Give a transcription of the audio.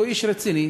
שהוא איש רציני.